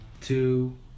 two